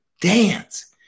dance